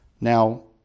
Now